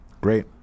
Great